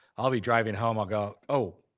i'll be driving home, i'll go, oh,